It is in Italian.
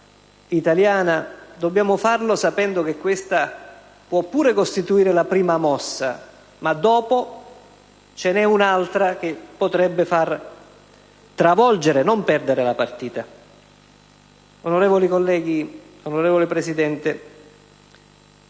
italiana, dobbiamo farlo sapendo che questa può anche costituire la prima mossa, ma dopo ce n'è un'altra che potrebbe travolgere e non far perdere semplicemente la partita. Onorevoli colleghi, onorevole Presidente,